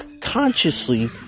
consciously